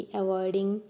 avoiding